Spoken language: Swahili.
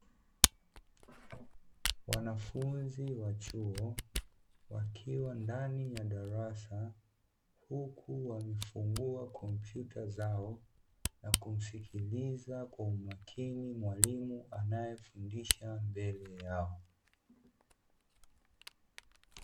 Wanafunzi wa chuo, wakiwa ndani ya darasa, huku wakifungua komputa zao, na kumsikiliza kwa umakini mwalimu anafundisha mbele yao .